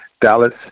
Dallas